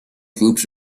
groups